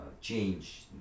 change